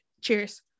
cheers